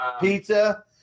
pizza